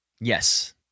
Yes